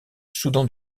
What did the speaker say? soudan